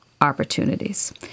opportunities